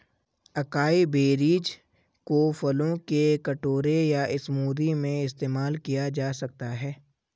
acai berries को फलों के कटोरे या स्मूदी में इस्तेमाल किया जा सकता है